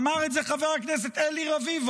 אמר את זה חבר הכנסת אלי רביבו,